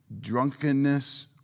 drunkenness